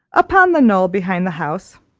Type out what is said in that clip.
upon the knoll behind the house.